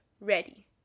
ready